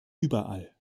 überall